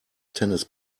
tennis